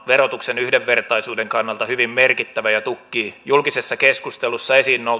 verotuksen yhdenvertaisuuden kannalta hyvin merkittävä ja tukkii julkisessa keskustelussa esiin